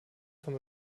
vom